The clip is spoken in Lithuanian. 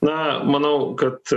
na manau kad